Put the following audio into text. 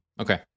Okay